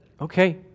Okay